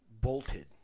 bolted